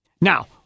Now